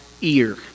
ear